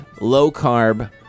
low-carb